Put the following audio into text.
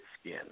skin